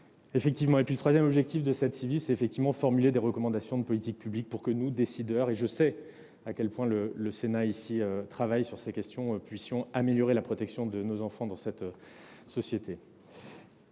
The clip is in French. mères en lutte. Le troisième objectif de la Ciivise était enfin de formuler des recommandations de politique publique pour que nous, décideurs- et je sais à quel point le Sénat travaille sur ces questions -, puissions améliorer la protection des enfants dans notre société.